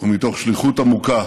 ומתוך שליחות עמוקה